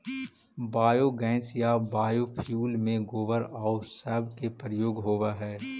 biogas या biofuel में गोबर आउ सब के प्रयोग होवऽ हई